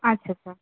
আচ্ছা আচ্ছা